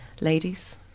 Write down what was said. ladies